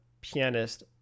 pianist